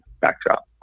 backdrop